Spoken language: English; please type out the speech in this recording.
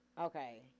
Okay